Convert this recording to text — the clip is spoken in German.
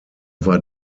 war